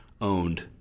owned